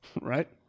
right